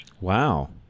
Wow